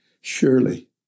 Surely